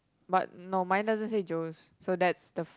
but no mine doesn't say Joe's so that's the